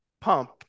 pump